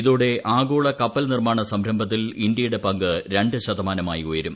ഇതോടെ ആഗോള കപ്പൽ നിർമ്മാണ സംരംഭത്തിൽ ഇന്ത്യയുടെ പങ്ക് രണ്ട് ശതമാനമായി ഉയരും